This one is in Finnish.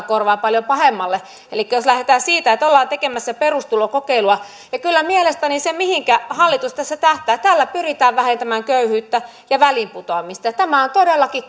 korvaan paljon pahemmalle jos lähdetään siitä että ollaan tekemässä perustulokokeilua ja kyllä mielestäni se mihinkä hallitus tässä tähtää on se että tällä pyritään vähentämään köyhyyttä ja väliinputoamista tämä on todellakin